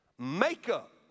makeup